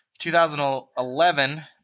2011